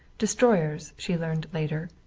destroyers, she learned later.